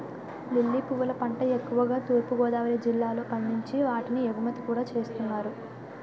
lily పువ్వుల పంట ఎక్కువుగా తూర్పు గోదావరి జిల్లాలో పండించి వాటిని ఎగుమతి కూడా చేస్తున్నారు